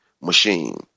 machine